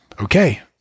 okay